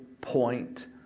point